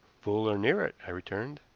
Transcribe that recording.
full, or near it, i returned.